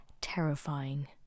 terrifying